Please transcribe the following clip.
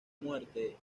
muerte